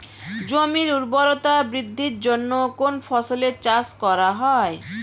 জমির উর্বরতা বৃদ্ধির জন্য কোন ফসলের চাষ করা হয়?